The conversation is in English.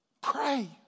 Pray